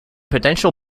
potential